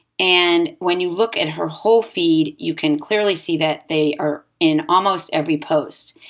and when you look at her whole feed, you can clearly see that they are in almost every post.